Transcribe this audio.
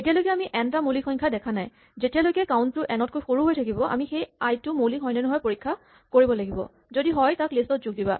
এতিয়ালৈকে আমি এন টা মৌলিক সংখ্যা দেখা নাই যেতিয়ালৈকে কাউন্ট টো এন তকৈ সৰু হৈ থাকিব আমি সেই আই টো মৌলিক হয় নে নহয় পৰীক্ষা কৰিব লাগিব যদি হয় তাক লিষ্ট ত যোগ দিবা